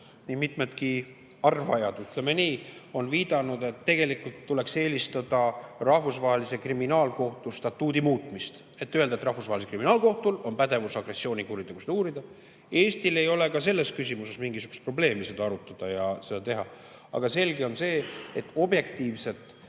nii mitmedki arvajad, ütleme nii, on viidanud, et tegelikult tuleks eelistada Rahvusvahelise Kriminaalkohtu statuudi muutmist, öelda, et Rahvusvahelisel Kriminaalkohtul on pädevus agressioonikuritegusid uurida. Eestil ei ole mingisugust probleemi ka seda küsimust arutada. Aga selge on see, et objektiivset